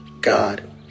God